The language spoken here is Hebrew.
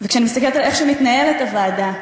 וכשאני מסתכלת על איך שמתנהלת הוועדה,